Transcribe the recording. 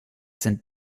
sind